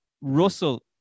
Russell